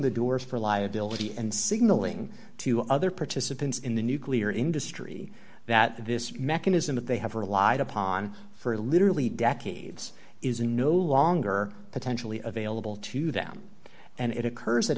the door for liability and signaling to other participants in the nuclear industry that this mechanism that they have relied upon for literally decades is no longer potentially available to them and it occurs at